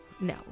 no